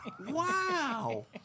Wow